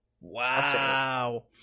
Wow